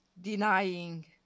denying